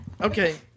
Okay